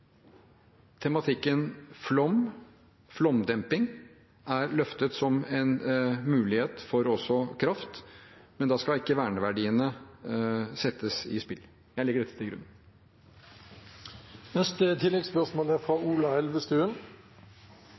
Tematikken flom og flomdemping er løftet som en mulighet for kraft også, men da skal ikke verneverdiene settes på spill. Jeg legger dette til grunn. Det blir oppfølgingsspørsmål – Ola Elvestuen.